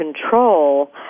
control